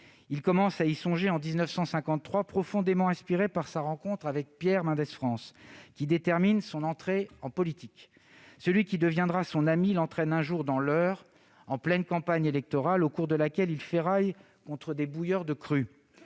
Il commence à y songer en 1953, profondément inspiré par sa rencontre avec Pierre Mendès France, qui détermine son entrée en politique. Celui qui deviendra son ami l'entraîne un jour dans l'Eure, en pleine campagne électorale, au cours de laquelle il ferraille contre les bouilleurs de cru.